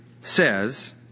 says